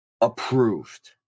approved